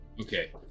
Okay